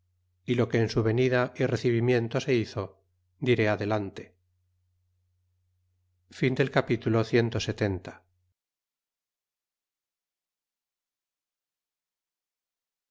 y lo que en su venida y recibimiento se hizo diré adelante capitulo